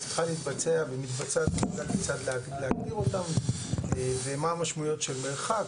צריכה להתבצע ומתבצעת ואת הצלחת להכיר אותם ומה המשמעויות של מרחק,